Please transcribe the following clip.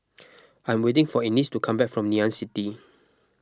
I am waiting for Ennis to come back from Ngee Ann City